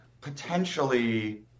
potentially